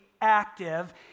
active